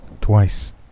Twice